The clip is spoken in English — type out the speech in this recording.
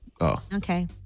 Okay